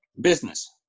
business